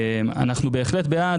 אנחנו בהחלט בעד,